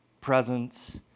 Presence